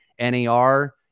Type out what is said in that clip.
NAR